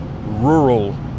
rural